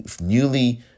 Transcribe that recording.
newly